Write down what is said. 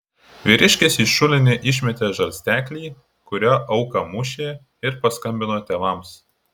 vyriškis į šulinį išmetė žarsteklį kuriuo auką mušė ir paskambino tėvams